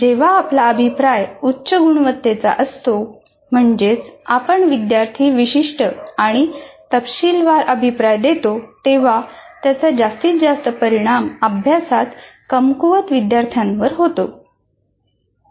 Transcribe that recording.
जेव्हा आपला अभिप्राय उच्च गुणवत्तेचा असतो म्हणजेच आपण विद्यार्थी विशिष्ट आणि तपशीलवार अभिप्राय देता तेव्हा त्याचा जास्तीत जास्त परिणाम अभ्यासात कमकुवत विद्यार्थ्यांवर होतो